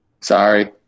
Sorry